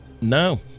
no